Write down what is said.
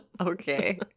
Okay